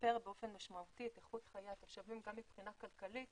שמשפר באופן משמעותי את איכות חיי התושבים גם מבחינה כלכלית